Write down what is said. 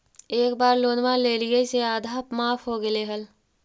एक बार लोनवा लेलियै से आधा माफ हो गेले हल?